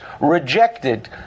rejected